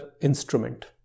instrument